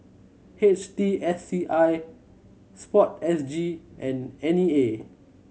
H T S C I Sport S G and N E A